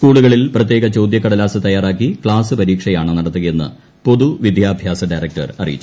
സ്കൂളുകളിൽ പ്രത്യേക ചോദ്യക്കടലാസ് തയ്യാറാക്കി ക്ലാസ്സ് പരീക്ഷയാണ് നടത്തുകയെന്ന് പൊതുവിദ്യാഭ്യാസ ഡയറക്ടർ അറിയിച്ചു